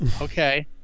okay